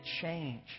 change